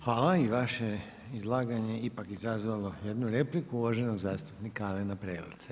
Hvala, i vaše izlaganje je ipak izazvalo jednu repliku uvaženog zastupnika Alena Preleca.